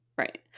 Right